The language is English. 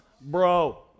bro